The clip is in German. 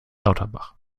lauterbach